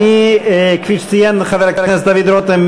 כפי שציין חבר הכנסת דוד רותם,